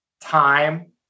time